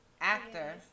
Actor